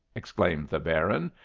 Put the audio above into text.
exclaimed the baron.